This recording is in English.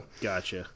Gotcha